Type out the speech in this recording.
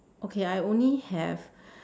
okay I only have